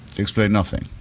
explain nothing.